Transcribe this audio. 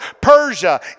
Persia